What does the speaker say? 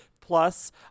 Plus